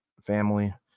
family